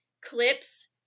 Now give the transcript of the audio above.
clips